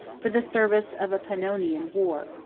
for the service of a pannonian war.